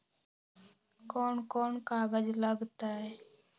कौन कौन कागज लग तय?